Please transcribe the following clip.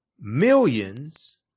millions